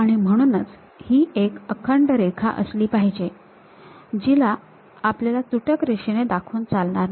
आणि म्हणूनच ही एक अखंड रेखा असली पाहिजे हिला आपल्याला तुटक रेषेने दाखवून चालणार नाही